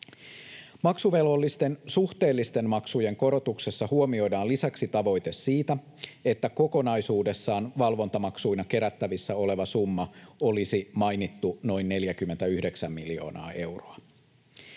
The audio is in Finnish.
Maksuvelvollisten suhteellisten maksujen korotuksessa huomioidaan lisäksi tavoite siitä, että kokonaisuudessaan valvontamaksuina kerättävissä oleva summa olisi mainittu noin 49 miljoonaa euroa.